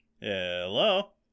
hello